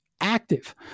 active